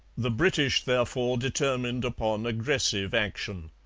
the british, therefore, determined upon aggressive action.